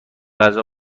غذا